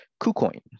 KuCoin